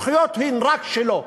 הזכויות הן רק שלו.